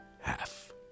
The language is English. half